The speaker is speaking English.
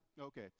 okay